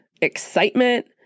excitement